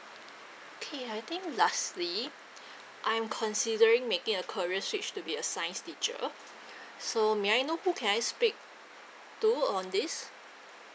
K I think lastly I'm considering making a career switch to be a science teacher so may I know who can I speak to on this